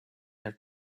their